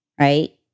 right